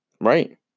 Right